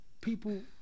people